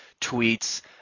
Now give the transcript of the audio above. tweets